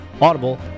Audible